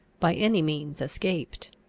by any means escaped.